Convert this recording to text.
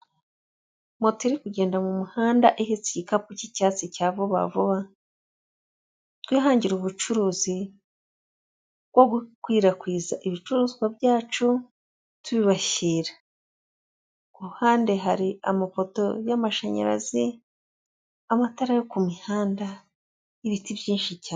Moto iri kugenda mu muhanda ihetse igikapu cy'icyatsi cya vuba vuba, twihangire ubucuruzi bwo gukwirakwiza ibicuruzwa byacu tubibashyira, ku ruhande hari amapoto y'amashanyarazi, amatara yo ku mihanda, ibiti byinshi cyane.